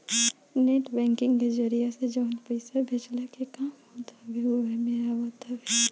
net banking के जरिया से जवन पईसा भेजला के काम होत हवे उ एमे आवत हवे